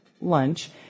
lunch